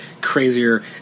crazier